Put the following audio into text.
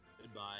Goodbye